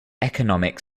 economic